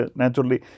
naturally